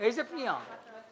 עמוד